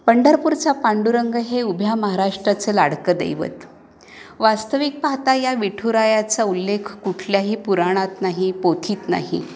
पंढरपूरचा पांडुरंग हे उभ्या महाराष्ट्राचं लाडकं दैवत वास्तविक पाहता या विठुरायाचा उल्लेख कुठल्याही पुराणात नाही पोथीत नाही